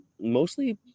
mostly